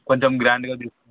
కొంచెం గ్రాండ్గా తీసుకు